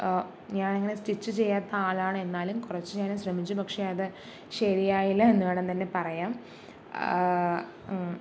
ഞാനങ്ങനെ സ്റ്റിച്ച് ചെയ്യാത്ത ആളാണ് എന്നാലും കുറച്ച് ഞാനും ശ്രമിച്ചു പക്ഷെ അത് ശരിയായില്ല എന്ന് വേണം തന്നെ പറയാം